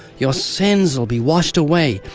your sins will be washed away.